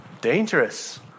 dangerous